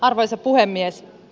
arvoisa puhemies